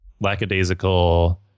lackadaisical